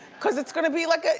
cause it's gonna be like,